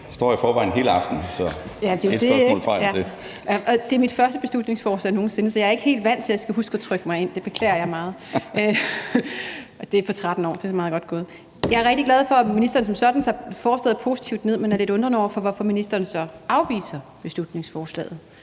Louise Schack Elholm (V): Det er mit første beslutningsforslag nogen sinde, så jeg er ikke helt vant til at skulle huske at trykke mig ind. Det beklager jeg meget. Det er ét beslutningsforslag i løbet af 13 år; det er meget godt gået. Jeg er rigtig glad for, at ministeren som sådan tager forslaget positivt ned, men er lidt undrende over for, at ministeren så afviser beslutningsforslaget.